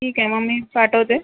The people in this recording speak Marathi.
ठीक आहे मग मी पाठवते